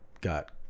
got